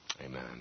Amen